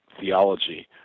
theology